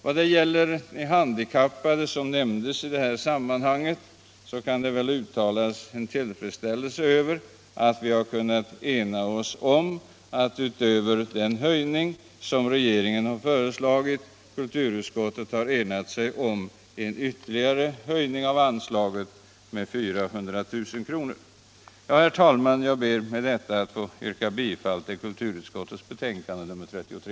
Vad slutligen gäller de handikappades kulturella verksamhet, som också har nämnts i sammanhanget, kan vi väl uttala tillfredsställelse över att kulturutskottet utöver den höjning som regeringen har föreslagit har enat sig om en ytterligare höjning av anslaget med 400 000 kr. Herr talman! Med detta ber jag att få yrka bifall till utskottets hemställan i kulturutskottets betänkande nr 33.